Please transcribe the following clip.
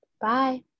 Bye